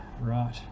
right